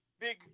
big